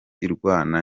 irwana